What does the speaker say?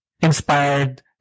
inspired